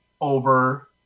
over